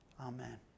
amen